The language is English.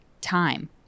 time